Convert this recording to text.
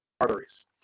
arteries